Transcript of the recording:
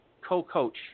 co-coach